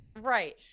Right